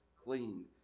clean